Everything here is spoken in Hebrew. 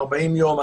40 יום,